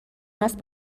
است